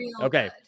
Okay